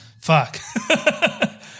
Fuck